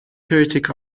critic